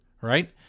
Right